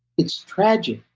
it's tragic.